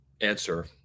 answer